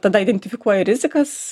tada identifikuoji rizikas